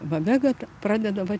va vega pradeda va